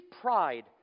pride